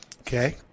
Okay